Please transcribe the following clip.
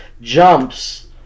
jumps